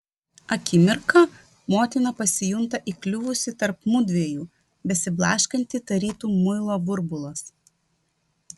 akimirką motina pasijunta įkliuvusi tarp mudviejų besiblaškanti tarytum muilo burbulas